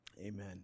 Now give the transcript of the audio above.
Amen